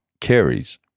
carries